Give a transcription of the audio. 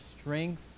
strength